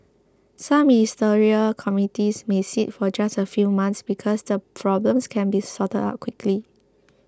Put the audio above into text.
some Ministerial committees may sit for just a few months because the problems can be sorted out quickly